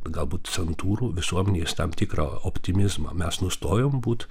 galbūt santūrų visuomenės tam tikrą optimizmą mes nustojom būt